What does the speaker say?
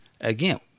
Again